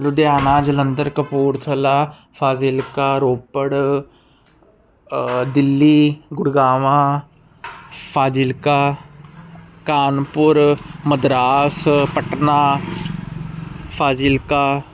Ludhiana Jalandhar Kapurthala Fazilka Ropar Delhi Gurgaon Fazilka Kanpur Madras Patna Fazilka